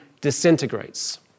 disintegrates